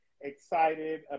excited